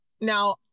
Now